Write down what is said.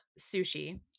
Sushi